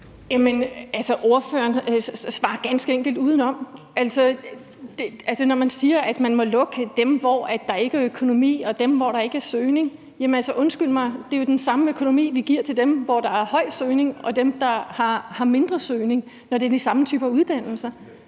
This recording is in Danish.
ordføreren svarer ganske enkelt udenom, når hun siger, at man må lukke de uddannelser, hvor der ikke er økonomi, og dem, hvor der ikke er søgning. Undskyld mig, det er jo den samme økonomi, vi giver til dem, der har høj søgning, og til dem, der har mindre søgning, når det er de samme typer uddannelser.